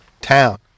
town